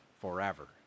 forever